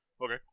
Okay